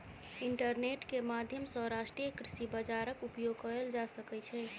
internet के माध्यम सॅ राष्ट्रीय कृषि बजारक उपयोग कएल जा सकै छै